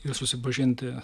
ir susipažinti